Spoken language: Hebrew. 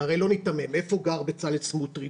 והרי לא ניתמם, כי איפה גר בצלאל סמוטריץ'?